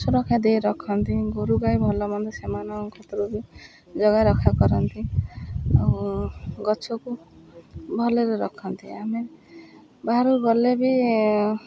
ସୁରକ୍ଷା ଦେଇ ରଖନ୍ତି ଗୋରୁ ଗାଈ ଭଲ ମନ୍ଦ ସେମାନଙ୍କ କ୍ଷେତ୍ରରୁ ଜଗା ରଖା କରନ୍ତି ଆଉ ଗଛକୁ ଭଲରେ ରଖନ୍ତି ଆମେ ବାହାରକୁ ଗଲେ ବି